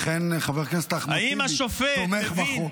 לכן חבר הכנסת אחמד טיבי תומך בחוק.